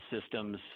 systems